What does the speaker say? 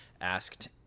asked